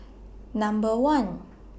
Number one